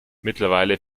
mittlerweile